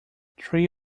three